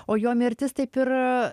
o jo mirtis taip ir